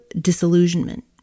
disillusionment